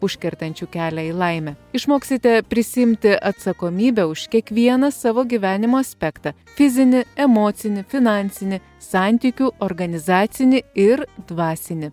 užkertančių kelią į laimę išmoksite prisiimti atsakomybę už kiekvieną savo gyvenimo aspektą fizinį emocinį finansinį santykių organizacinį ir dvasinį